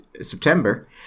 September